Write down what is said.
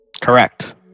Correct